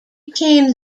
became